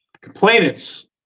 Complainants